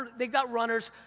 they've got runners,